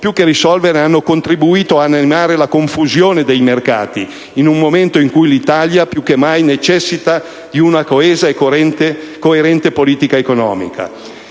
più che risolvere hanno contribuito ad animare la confusione dei mercati in un momento in cui l'Italia, più che mai, necessita di una coesa e coerente politica economica.